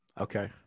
Okay